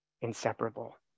inseparable